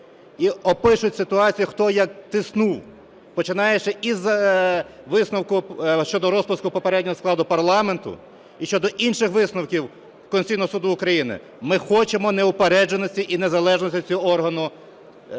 і опишуть ситуацію, хто як тиснув, починаючи із висновку щодо розпуску попереднього складу парламенту і щодо інших висновків Конституційного Суду України. Ми хочемо неупередженості і незалежності цього органу